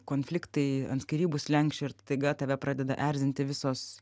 konfliktai ant skyrybų slenksčio ir staiga tave pradeda erzinti visos